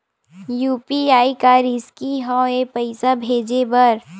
UPI का risky हंव ए पईसा भेजे बर?